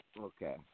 Okay